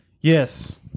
Yes